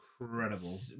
incredible